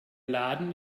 laden